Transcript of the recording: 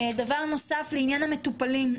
דבר נוסף לעניין המטופלים,